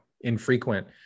infrequent